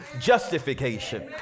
justification